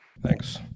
Thanks